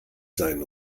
sein